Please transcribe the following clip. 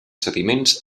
sediments